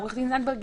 עו"ד זנדברג,